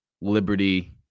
Liberty